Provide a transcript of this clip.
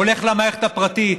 הולך למערכת הפרטית.